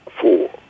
four